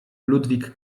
ludwig